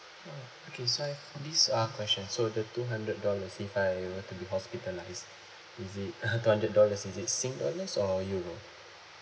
uh okay so I've this uh questions so the two hundred dollars if I were to be hospitalised is it two hundred dollars is it sing dollars or euro